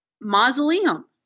mausoleum